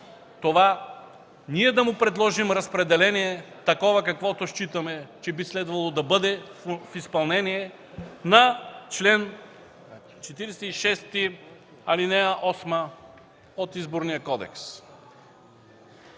това ние да му предложим разпределение, каквото считаме, че би следвало да бъде в изпълнение на чл. 46, ал. 8 от Изборния кодекс.